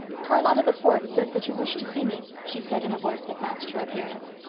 charlotta the fourth says that you wished to see me, she said, in a voice that matched her appearance.